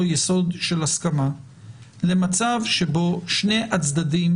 יסוד של הסכמה למצב שבו שני הצדדים,